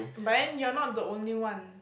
but then you're not the only one